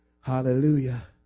Hallelujah